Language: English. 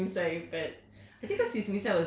though you only have one ex with one misai but